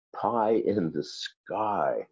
pie-in-the-sky